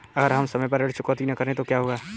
अगर हम समय पर ऋण चुकौती न करें तो क्या होगा?